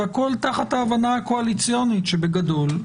והכול תחת ההבנה הקואליציונית שבגדול,